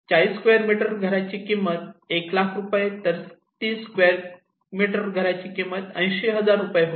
40 square metre घराची किंमत 1 लाख रु रुपये तर 30 स्क्वेअर मीटर घराची किंमत 80000 रुपये होती